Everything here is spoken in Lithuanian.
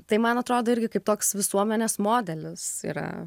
tai man atrodo irgi kaip toks visuomenės modelis yra